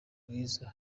mwiza